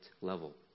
level